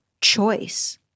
choice